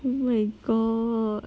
oh my god